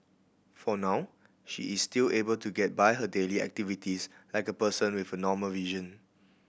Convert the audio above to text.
for now she is still able to get by her daily activities like a person with a normal vision